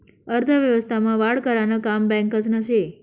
अर्थव्यवस्था मा वाढ करानं काम बॅकासनं से